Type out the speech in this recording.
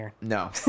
No